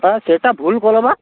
ହଁ ସେଇଟା ଭୁଲ୍ କଲେ ବା